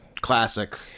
Classic